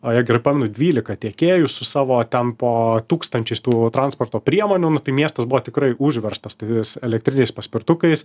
o jei gerai pamenu dvylika tiekėjų su savo ten po tūkstančiais tų transporto priemonių tai miestas buvo tikrai užverstas tais elektriniais paspirtukais